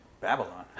Babylon